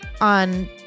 on